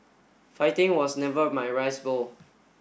fighting was never my rice bowl